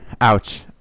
Ouch